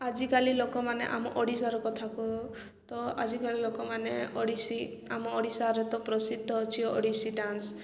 ଆଜିକାଲି ଲୋକମାନେ ଆମ ଓଡ଼ିଶାର କଥାକୁ ତ ଆଜିକାଲି ଲୋକମାନେ ଓଡ଼ିଶୀ ଆମ ଓଡ଼ିଶାରେ ତ ପ୍ରସିଦ୍ଧ ଅଛି ଓଡ଼ିଶୀ ଡାନ୍ସ